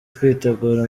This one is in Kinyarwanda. twitegura